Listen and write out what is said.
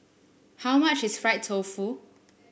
how much is Fried Tofu